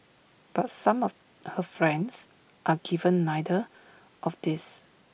but some of her friends are given neither of these